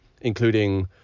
including